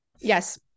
Yes